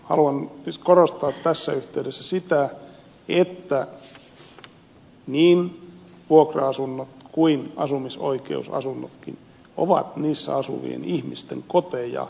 haluan siis korostaa tässä yhteydessä sitä että niin vuokra asunnot kuin asumisoikeusasunnotkin ovat niissä asuvien ihmisten koteja